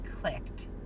clicked